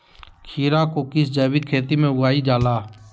खीरा को किस जैविक खेती में उगाई जाला?